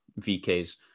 vks